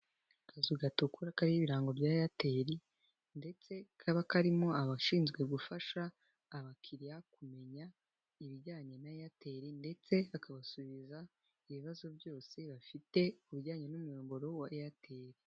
Akazu gatukura kariho ibirango bya Airtel, ndetse kaba karimo abashinzwe gufasha abakiriya kumenya, ibijyanye na Airtel ndetse bakabasubiza, ibibazo byose bafite ku bijyanye n'umuyoboro wa Airtel.